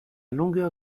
longueur